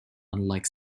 unlike